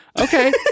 Okay